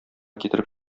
китереп